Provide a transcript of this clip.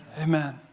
Amen